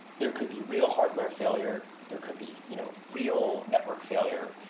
there could be real hardware failure, there could be you know real network failure,